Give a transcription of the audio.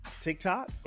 TikTok